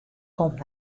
komt